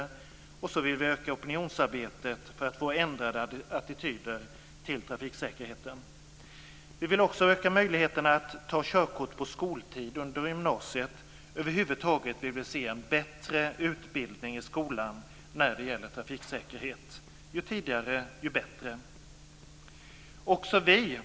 Dessutom vill vi öka opinionsarbetet för att få ändrade attityder till trafiksäkerhet. Vi vill också öka möjligheterna att ta körkort på skoltid under gymnasiet. Över huvud taget vill vi se en bättre utbildning i skolan när det gäller trafiksäkerhet, ju tidigare desto bättre.